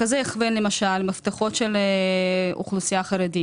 כמה יש בתקציב הבסיס?